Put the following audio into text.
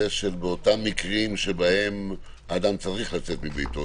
של אותם מקרים שבהם אדם צריך לצאת מביתו,